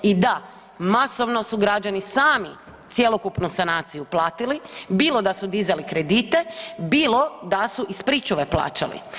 I da, masovno su građani sami cjelokupnu sanaciju platili, bilo da su dizali kredite, bilo da su iz pričuve plaćali.